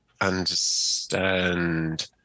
understand